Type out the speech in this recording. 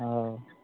ꯑꯧ